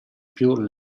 più